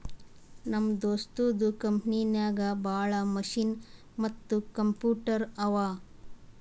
ನಮ್ ದೋಸ್ತದು ಕಂಪನಿನಾಗ್ ಭಾಳ ಮಷಿನ್ ಮತ್ತ ಕಂಪ್ಯೂಟರ್ ಅವಾ